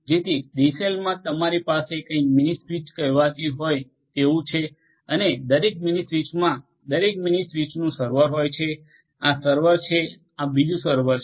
જેથી ડીસેલમાં તમારી પાસે કંઈક મીની સ્વીચ કહેવાતી હોય તેવું છે અને દરેક મિનિ સ્વીચમાં દરેક મિનિ સ્વીચનું સર્વર હોય છે આ સર્વર છે આ બીજુ સર્વર છે